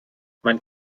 man